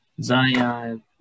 Zion